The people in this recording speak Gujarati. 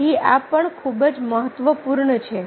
તેથી આ પણ ખૂબ જ મહત્વપૂર્ણ છે